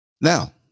Now